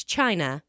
China